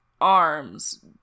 arms